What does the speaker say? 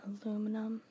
Aluminum